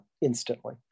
instantly